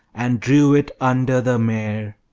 and drew it under the mere.